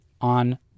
on